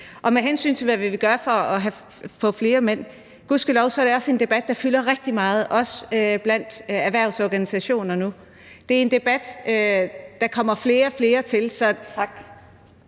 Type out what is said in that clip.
Med hensyn til hvad vi vil gøre for at få flere mænd til at tage barsel, er det gudskelov også en debat, der fylder rigtig meget nu, også blandt erhvervsorganisationerne. Der er en debat, og der kommer flere og flere til. (Den